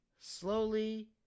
slowly